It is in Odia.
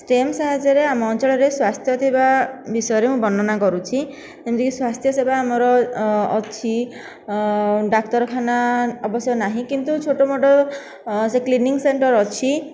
ଷ୍ଟେମ ସାହାଯ୍ୟରେ ଆମ ଅଞ୍ଚଳରେ ସ୍ୱାସ୍ଥ୍ୟ ଥିବା ବିଷୟରେ ମୁଁ ବର୍ଣ୍ଣନା କରୁଛି ଯେମିତି ସ୍ୱାସ୍ଥ୍ୟ ସେବା ଆମର ଅଛି ଡାକ୍ତରଖାନା ଅବଶ୍ୟ ନାହିଁ କିନ୍ତୁ ଛୋଟ ମୋଟ ସେ କ୍ଲିନିକ ସେଣ୍ଟର ଅଛି